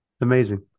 amazing